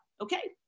okay